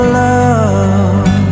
love